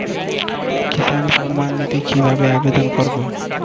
কিষান সম্মাননিধি কিভাবে আবেদন করব?